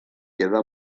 queda